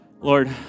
Lord